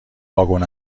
واگن